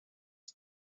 hon